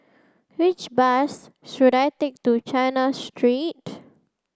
which bus should I take to China Street